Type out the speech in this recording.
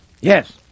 Yes